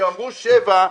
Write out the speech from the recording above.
אם אמרו שבע,